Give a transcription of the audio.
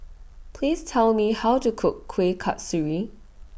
Please Tell Me How to Cook Kueh Kasturi